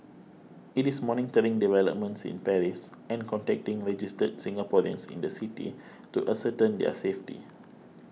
it is monitoring developments in Paris and contacting registered Singaporeans in the city to ascertain their safety